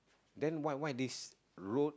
then why why this road